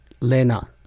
Lena